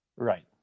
Right